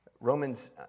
Romans